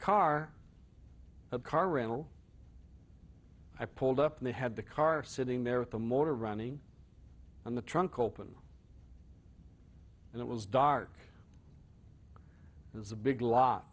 car a car rental i pulled up and they had the car sitting there with the motor running on the trunk open and it was dark it was a big lot